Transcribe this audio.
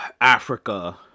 Africa